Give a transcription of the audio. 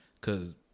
Cause